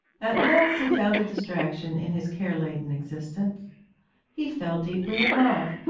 at last he found a distraction in his care-laden existence he fell deeply in love.